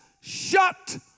shut